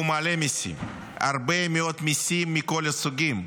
והוא מעלה מיסים, הרבה מאוד מיסים מכל הסוגים: